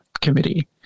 Committee